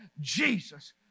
Jesus